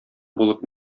булып